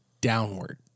downward